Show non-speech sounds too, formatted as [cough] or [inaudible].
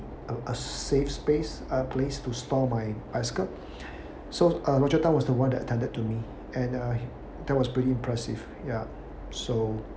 a a safe space a place to store my bicycle [breath] so uh roger tan was the one that attended to me and uh that was pretty impressive yup so